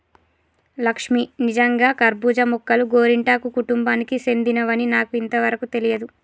లక్ష్మీ నిజంగా కర్బూజా మొక్కలు గోరింటాకు కుటుంబానికి సెందినవని నాకు ఇంతవరకు తెలియదు